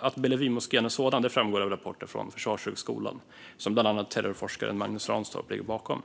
Att Bellevuemoskén är sådan framgår av rapporter från Försvarshögskolan som bland annat terrorforskaren Magnus Ranstorp ligger bakom.